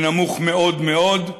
ונמוך מאוד מאוד.